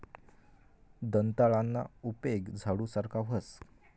दंताळाना उपेग झाडू सारखा व्हस